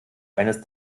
eines